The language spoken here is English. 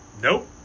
Nope